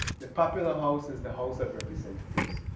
the popular house is the house of representatives.